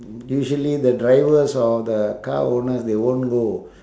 usually the drivers of the car owners they won't go